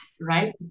right